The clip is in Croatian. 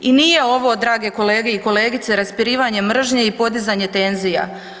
I nije ovo drage kolege i kolegice, raspirivanje mržnje i podizanje tenzija.